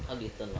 updated